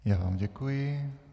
Já vám děkuji.